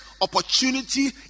opportunity